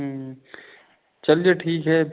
चलिए ठीक है